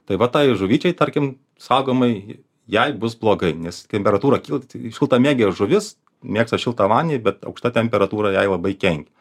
tai vat tai žuvytei tarkim saugomai jai bus blogai nes temperatūra kyla tai tai šiltamėgė žuvis mėgsta šiltą vandenį bet aukšta temperatūra jai labai kenkia